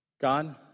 God